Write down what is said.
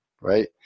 Right